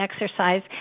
exercise